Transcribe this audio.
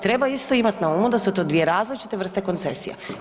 Treba isto imati na umu da su to dvije različite vrste koncesija.